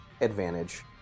advantage